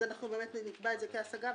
נקבע את זה כהשגה,